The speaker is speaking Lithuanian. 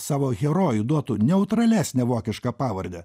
savo herojui duotų neutralesnę vokišką pavardę